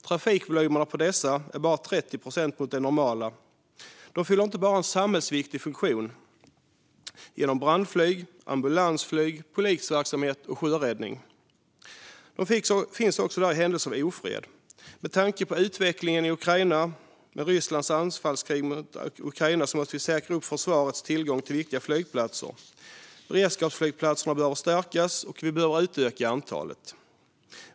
Trafikvolymen på dessa är bara 30 procent mot den normala. De fyller inte bara en samhällsviktig funktion genom brandflyg, ambulansflyg, polisverksamhet och sjöräddning, utan de finns också där i händelse av ofred. Med tanke på utvecklingen med Rysslands anfallskrig mot Ukraina måste vi säkra försvarets tillgång till viktiga flygplatser. Beredskapsflygplatserna behöver stärkas, och vi behöver utöka antalet.